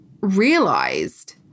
realized